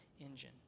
engine